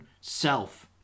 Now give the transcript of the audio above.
self